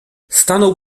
stanął